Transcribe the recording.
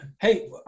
hey